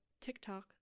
TikTok